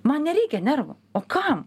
man nereikia nervų o kam